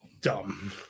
Dumb